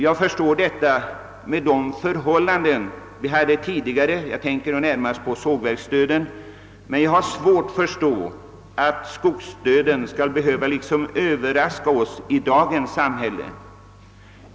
Jag kan förstå att sågverksdöden inträffade, men jag har svårt att förstå att skogsdöden skall behöva överraska oss i dagens samhälle.